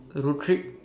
road trip